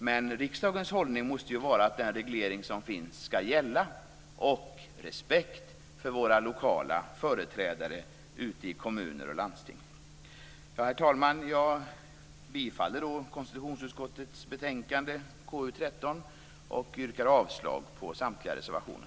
Men riksdagens hållning måste vara att den reglering som finns skall gälla och att vi skall ha respekt för de lokala företrädarna ute i kommuner och landsting. Herr talman! Jag yrkar bifall till hemställan i konstitutionsutskottets betänkande KU13 och avslag på samtliga reservationer.